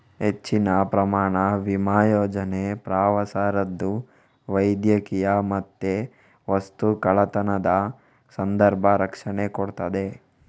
ಹೆಚ್ಚಿನ ಪ್ರಯಾಣ ವಿಮಾ ಯೋಜನೆ ಪ್ರವಾಸ ರದ್ದು, ವೈದ್ಯಕೀಯ ಮತ್ತೆ ವಸ್ತು ಕಳ್ಳತನದ ಸಂದರ್ಭ ರಕ್ಷಣೆ ಕೊಡ್ತದೆ